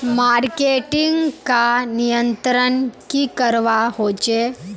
Marketing का नियंत्रण की करवा होचे?